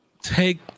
take